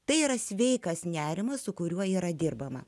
tai yra sveikas nerimas su kuriuo yra dirbama